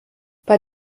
bei